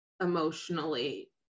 emotionally